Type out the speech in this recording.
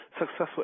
successful